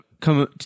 come